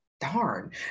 darn